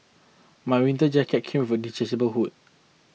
my winter jacket came with a detachable hood